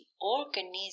organism